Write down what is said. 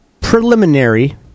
Preliminary